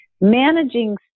Managing